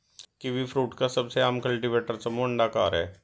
kiwifruit का सबसे आम कल्टीवेटर समूह अंडाकार है